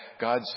God